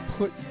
put